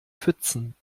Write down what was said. pfützen